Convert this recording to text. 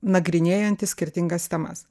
nagrinėjantys skirtingas temas